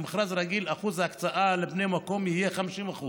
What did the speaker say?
במכרז רגיל שיעור ההקצאה לבני מקום יהיה 50%,